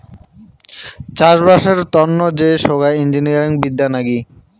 চাষবাসের তন্ন যে সোগায় ইঞ্জিনিয়ারিং বিদ্যা নাগি